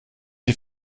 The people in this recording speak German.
die